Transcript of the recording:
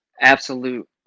absolute